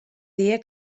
the